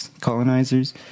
colonizers